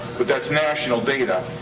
but that's national data,